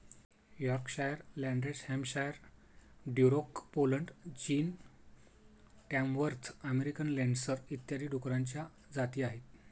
Yorkshire, Landrace Hampshire, Duroc Poland, चीन, Tamworth American लेन्सडर इत्यादी डुकरांच्या जाती आहेत